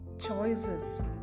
choices